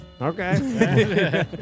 okay